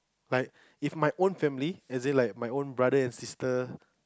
like if my own family as in like my own brother and sister